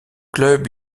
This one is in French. club